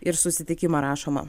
ir susitikimą rašoma